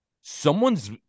someone's